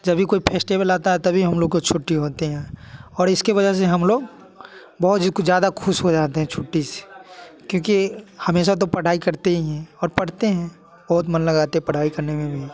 जब भी कोई फेस्टेबल आता है तभी हम लोग को छुट्टी होते हैं और इसके वजह से हम लोग बहुत कुछ ज़्यादा खुश हो जाते हैं छुट्टी से क्योंकि हमेशा तो पढ़ाई करते ही हैं और पढ़ते हैं बहुत मन लगाते हैं पढ़ाई करने में भी